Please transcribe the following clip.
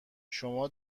شما